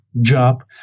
job